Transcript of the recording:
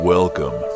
Welcome